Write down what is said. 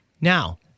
Now